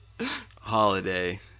holiday